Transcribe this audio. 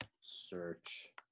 search